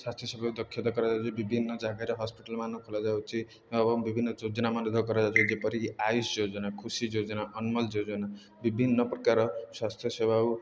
ସ୍ୱାସ୍ଥ୍ୟ ସେବାକୁ ଦକ୍ଷତା କରାଯାଉଛି ବିଭିନ୍ନ ଜାଗାରେ ହସ୍ପିଟାଲ୍ମାନ ଖୋଲା ଯାଉଛି ଏବଂ ବିଭିନ୍ନ ଯୋଜନାମାନ କରାଯାଉଛି ଯେପରିକି ଆୟୁଷ ଯୋଜନା ଖୁସି ଯୋଜନା ଅନମଲ୍ ଯୋଜନା ବିଭିନ୍ନ ପ୍ରକାର ସ୍ୱାସ୍ଥ୍ୟ ସେବା ଆଉ